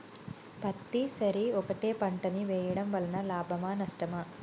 పత్తి సరి ఒకటే పంట ని వేయడం వలన లాభమా నష్టమా?